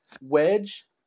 Wedge